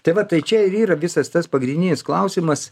tai va tai čia ir yra visas tas pagrindinis klausimas